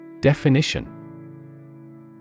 Definition